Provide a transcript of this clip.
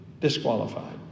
disqualified